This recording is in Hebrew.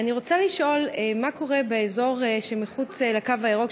אני רוצה לשאול מה קורה באזור שמחוץ לקו הירוק,